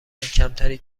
کمتری